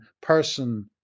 person